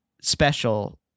special